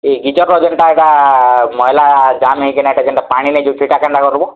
ଏଇ ଗିଜର୍ର ଯେନ୍ତା ଏକା ମୈଲା ଯାମ ହେଇକିନା ଏଇଟା କେନ୍ତା ପାଣି ସେଇଟା କେନ୍ତା କର୍ବୁ